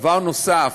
דבר נוסף,